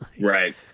Right